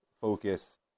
focus